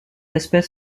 espèce